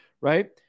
right